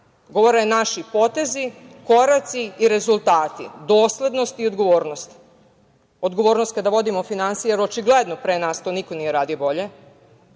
govore naši potezi, koraci i rezultati, doslednost i odgovornost. Odgovornost kada vodimo finansije, jer očigledno pre nas to niko nije radio bolje,